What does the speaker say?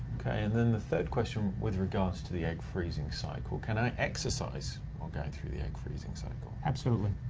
okay, and then the third question, with regards to the egg freezing cycle, can i exercise while going through the egg freezing cycle? absolutely,